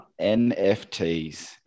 NFTs